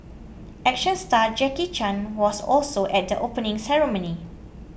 action star Jackie Chan was also at the opening ceremony